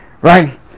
Right